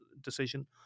decision